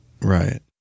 Right